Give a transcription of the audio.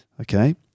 Okay